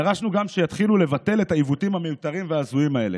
דרשנו גם שיתחילו לבטל את העיוותים המיותרים וההזויים האלה.